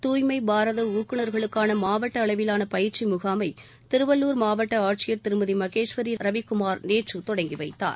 தூய்மை பாரத ஊக்குநர்களுக்கான மாவட்ட அளவிலான பயிற்சி முகாமை திருவள்ளூர் மாவட்ட ஆட்சியர் திருமதி மகேஸ்வரி ரவிக்குமார் நேற்று தொடங்கி வைத்தார்